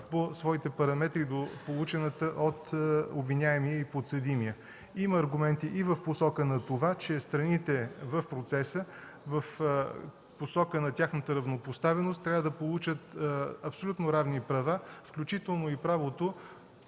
по своите параметри до получената от обвиняемия и подсъдимия. Има аргументи и в посока на това, че страните в процеса – в посока на тяхната равнопоставеност, трябва да получат абсолютно равни права, включително и правото